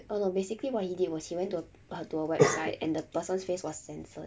oh no basically what he did was he went to a to her website and the person's face was censored